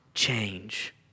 Change